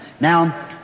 Now